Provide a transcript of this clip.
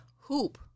hoop